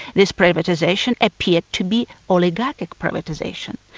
this privatisation appeared to be oligarchic privatisation,